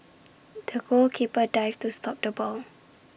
the goalkeeper dived to stop the ball